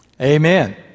Amen